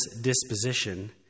disposition